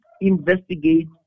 investigate